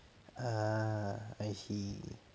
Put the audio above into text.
ah I see